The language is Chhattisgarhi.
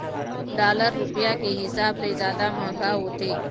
डॉलर रुपया के हिसाब ले जादा मंहगा होथे